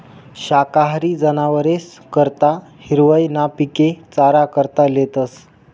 शाकाहारी जनावरेस करता हिरवय ना पिके चारा करता लेतस